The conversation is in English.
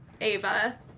Ava